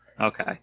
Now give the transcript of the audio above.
Okay